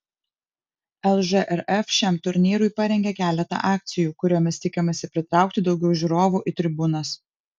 lžrf šiam turnyrui parengė keletą akcijų kuriomis tikimasi pritraukti daugiau žiūrovų į tribūnas